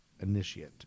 initiate